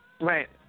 right